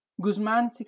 guzman